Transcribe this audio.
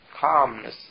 calmness